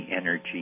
energy